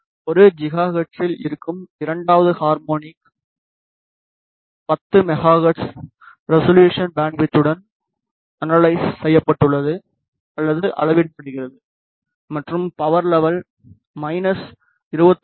1 ஜிகாஹெர்ட்ஸில் இருக்கும் இரண்டாவது ஹார்மோனிக் 10 மெகா ஹெர்ட்ஸ் ரெசொலூஷன் பேண்ட்விட்த்துடன் அனலைசஸ் செய்யப்பட்டுள்ளது அல்லது அளவிடப்படுகிறது மற்றும் பவர் லெவல் மைனஸ் 23